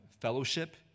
fellowship